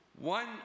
one